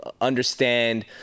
understand